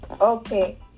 Okay